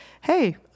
hey